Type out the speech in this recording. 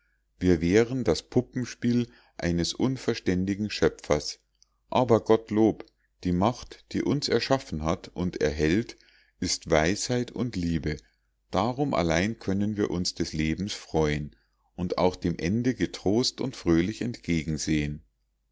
wir wären das puppenspiel eines unverständigen schöpfers aber gottlob die macht die uns erschaffen hat und erhält ist weisheit und liebe darum allein können wir uns des lebens freuen und auch dem ende getrost und fröhlich entgegensehen